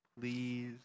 Please